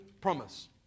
promise